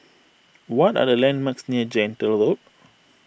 what are the landmarks near Gentle Road